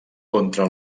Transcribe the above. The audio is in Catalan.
contra